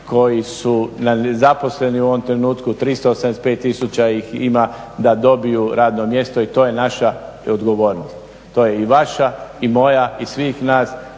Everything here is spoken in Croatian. koji su nezaposleni u ovom trenutku 385 tisuća ih ima da dobiju radno mjesto i to je naša odgovornost. To je i vaša i moja i svih nas